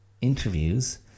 interviews